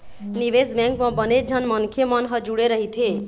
निवेश बेंक म बनेच झन मनखे मन ह जुड़े रहिथे